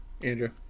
Andrew